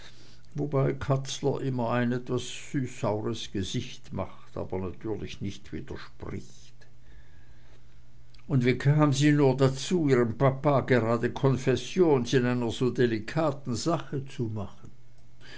wobei katzler immer ein etwas süßsaures gesicht macht aber natürlich nicht widerspricht und wie kam sie nur dazu ihrem papa gerade confessions in einer so delikaten sache zu machen